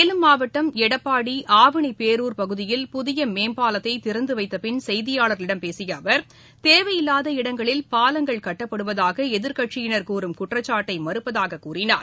சேலம் மாவட்டம் எடப்பாடிஆவணிபேரூர் பகுதியில் புதியமேம்பாலத்தைதிறந்துவைத்தபின் செய்தியாளர்களிடம் பேசியஅவர் தேவையில்லாத இடங்களில் பாலங்கள் கட்டப்படுவதாகளதிர்க்கட்சியினர் கூறும் குற்றச்சாட்டைமறுப்பதாககூறினார்